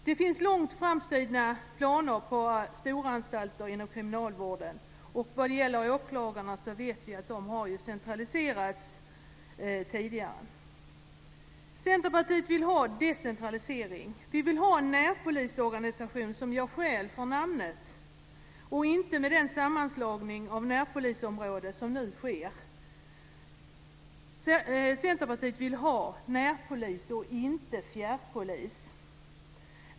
Det finns långt framskridna planer på storanstalter inom kriminalvården. Vad gäller åklagarna så vet vi att de tidigare har centraliserats. Centerpartiet vill ha decentralisering. Vi vill ha en närpolisorganisation som gör skäl för namnet, och inte den sammanslagning av närpolisområden som nu sker. Centerpartiet vill ha närpolis, och inte fjärrpolis!